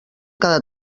cada